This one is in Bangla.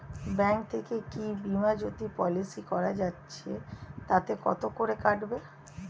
ব্যাঙ্ক থেকে কী বিমাজোতি পলিসি করা যাচ্ছে তাতে কত করে কাটবে?